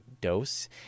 dose